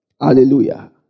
Hallelujah